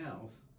else